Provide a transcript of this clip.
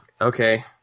Okay